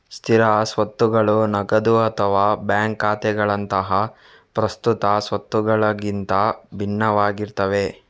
ಸ್ಥಿರ ಸ್ವತ್ತುಗಳು ನಗದು ಅಥವಾ ಬ್ಯಾಂಕ್ ಖಾತೆಗಳಂತಹ ಪ್ರಸ್ತುತ ಸ್ವತ್ತುಗಳಿಗಿಂತ ಭಿನ್ನವಾಗಿರ್ತವೆ